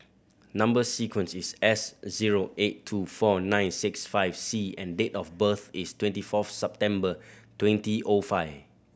number sequence is S zero eight two four nine six five C and date of birth is twenty four September twenty O five